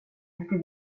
efter